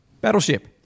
Battleship